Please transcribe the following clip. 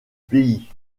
pays